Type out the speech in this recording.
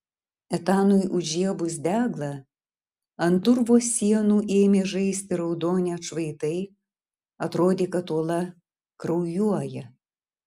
etanui užžiebus deglą ant urvo sienų ėmė žaisti raudoni atšvaitai atrodė kad uola kraujuoja